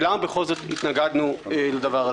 מדוע התנגדנו לזה